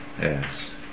Yes